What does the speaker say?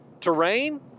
terrain